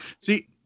See